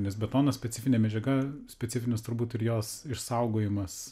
nes betonas specifinė medžiaga specifinis turbūt ir jos išsaugojimas